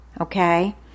Okay